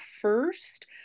first